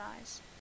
eyes